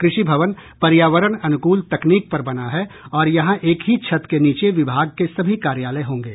कृषि भवन पर्यावरण अनुकूल तकनीक पर बना है और यहां एक ही छत के नीचे विभाग के सभी कार्यालय होंगे